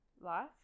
life